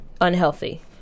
unhealthy